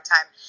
time